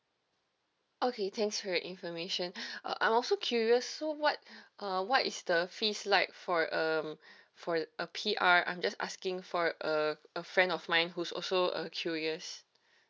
okay thanks for your information uh I also curious so what uh what is the fees like for um for a P_R I'm just asking for a a friend of mine who's also uh curious